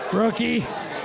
rookie